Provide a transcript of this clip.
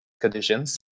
conditions